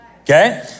Okay